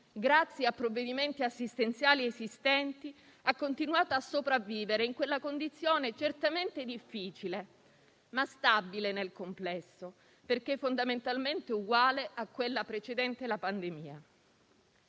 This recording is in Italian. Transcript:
grazie ai provvedimenti assistenziali esistenti, ha continuato a sopravvivere, in una condizione certamente difficile, ma stabile nel complesso, perché fondamentalmente uguale a quella precedente la pandemia.